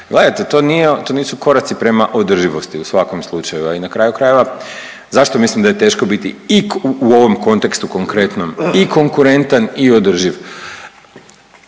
Gledajte to nisu koraci prema održivosti u svakom slučaju, a i na kraju krajeva zašto mislim da je teško biti u ovom kontekstu konkretnom i konkurentan i održiv?